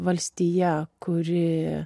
valstija kuri